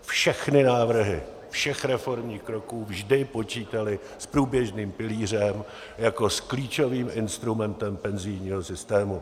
Všechny návrhy všech reformních kroků vždy počítaly s průběžným pilířem jako klíčovým instrumentem penzijního systému.